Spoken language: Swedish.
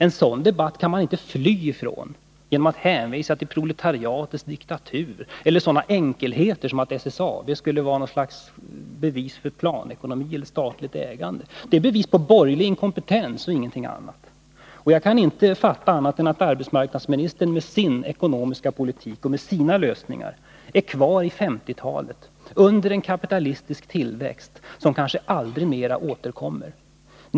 En sådan debatt kan man inte fly från genom att hänvisa till proletariatets diktatur eller till sådana enkelheter som att SSAB skulle vara något slags bevis för planekonomi eller statligt ägande. Det är bevis för borgerlig inkompetens och ingenting annat. Jag kan inte fatta annat än att arbetsmarknadsministern med sin ekonomiska politik och med sina lösningar är kvar i 1950-talet, under en kapitalistisk tillväxt som kanske aldrig mera återkommer.